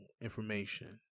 information